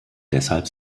deshalb